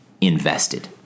invested